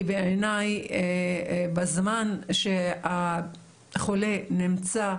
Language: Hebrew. כי בעיני בזמן שהחולה נמצא,